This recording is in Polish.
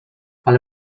ale